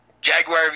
Jaguar